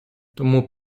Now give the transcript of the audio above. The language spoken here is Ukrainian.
тому